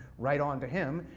right on to him,